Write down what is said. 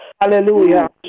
Hallelujah